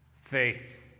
faith